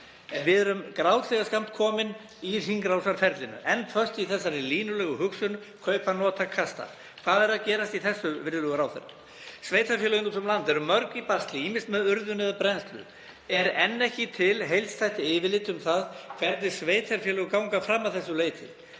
við erum grátlega skammt komin í hringrásarferlinu, enn föst í þessari línulegu hugsun: Kaupa, nota, kasta. Hvað er að gerast í því, virðulegur ráðherra? Sveitarfélög úti um land eru mörg í basli, ýmist með urðun eða brennslu. Er enn ekki til heildstætt yfirlit um það hvernig sveitarfélög ganga fram að þessu leyti?